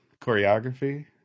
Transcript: Choreography